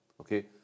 okay